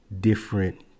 different